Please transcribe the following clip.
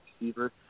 receiver